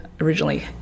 originally